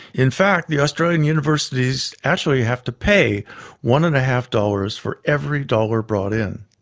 in fact the australian universities actually have to pay one and a half dollars for every dollar brought in.